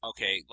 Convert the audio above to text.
Okay